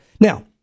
Now